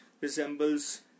resembles